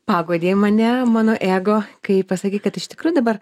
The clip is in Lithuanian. paguodei mane mano ego kai pasakei kad iš tikrųjų dabar